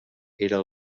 era